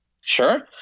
Sure